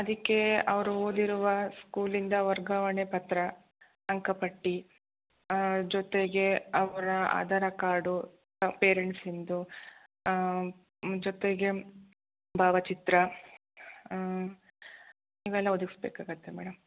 ಅದಕ್ಕೆ ಅವರು ಓದಿರುವ ಸ್ಕೂಲಿಂದ ವರ್ಗಾವಣೆ ಪತ್ರ ಅಂಕಾಪಟ್ಟಿ ಜೊತೆಗೆ ಅವರ ಆಧಾರ ಕಾರ್ಡು ಪೇರೆಂಟ್ಸಿಂದು ಜೊತೆಗೆ ಭಾವಚಿತ್ರ ಇವೆಲ್ಲ ಒದಗಿಸ್ಬೇಕಾಗತ್ತೆ ಮೇಡಮ್